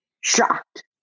Shocked